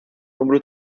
numru